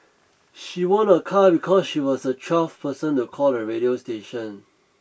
she won a car because she was the twelfth person to call the radio station